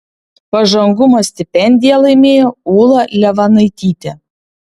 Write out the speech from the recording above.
pažangumo stipendiją laimėjo ūla levanaitytė